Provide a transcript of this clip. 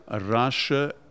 Russia